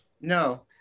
No